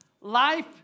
life